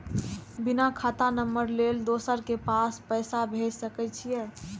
बिना खाता नंबर लेल दोसर के पास पैसा भेज सके छीए?